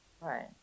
Right